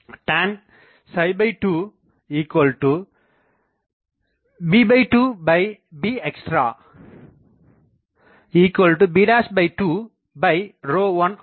tan 2b2bextrab21 ஆகும்